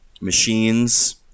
machines